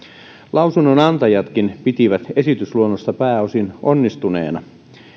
lausunnon antajatkin pitivät esitysluonnosta pääosin onnistuneena